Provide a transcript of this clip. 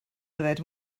yfed